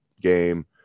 game